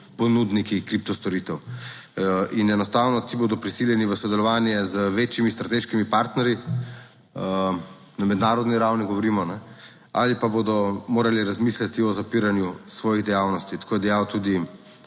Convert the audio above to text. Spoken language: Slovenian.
ponudniki kripto storitev in enostavno ti bodo prisiljeni v sodelovanje z večjimi strateškimi partnerji, na mednarodni ravni govorimo, ali pa bodo morali razmisliti o zapiranju svojih dejavnosti. Tako je dejal tudi